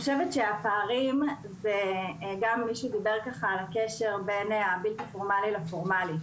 הפערים הם בקשר בין הפורמלי לבלתי פורמלי.